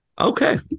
Okay